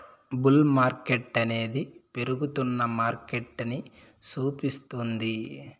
bull మార్కెట్టనేది పెరుగుతున్న మార్కెటని సూపిస్తుంది